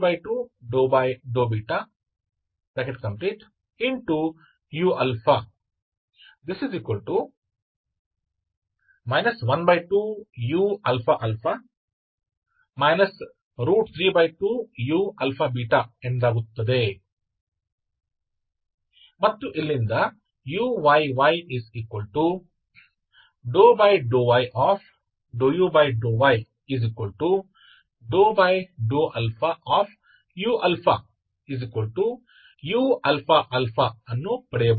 u 12uαα 32uαβ ಎಂದಾಗುತ್ತದೆ ಮತ್ತು ಇಲ್ಲಿಂದ uyy∂y∂u∂y∂αuuαα ಅನ್ನು ಪಡೆಯಬಹುದು